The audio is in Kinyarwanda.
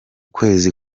kwezi